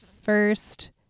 first